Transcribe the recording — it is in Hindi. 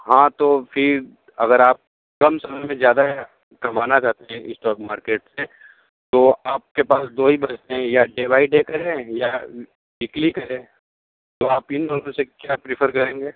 हाँ तो फिर अगर आप कम समय में ज़्यादा कमाना चाहते हैं स्टॉक मार्किट से तो आपके पास दो ही बचते हैं डे बाय डे करें या वीकली करें तो आप इन दोनों में से क्या प्रेफर करेंगे